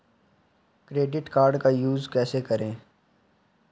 Credit card का use कैसे करें?